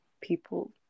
people